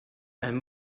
allem